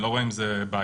אני לא רואה בזה בעיה.